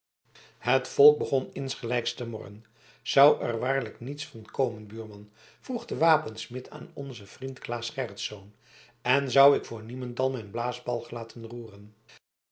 het volk begon insgelijks te morren zou er waarlijk niets van komen buurman vroeg de wapensmid aan onzen vriend claes gerritsz en zou ik voor niemental mijn blaasbalg laten roeren